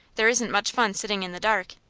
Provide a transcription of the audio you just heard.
there isn't much fun sitting in the dark.